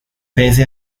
pese